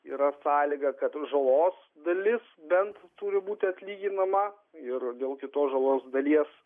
yra sąlyga kad žalos dalis bent turi būti atlyginama ir dėl kitos žalos dalies